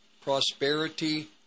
prosperity